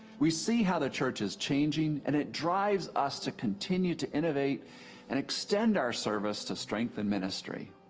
we see how the church is changing and it drives us to continue to innovative and extend our service to strengthen ministry.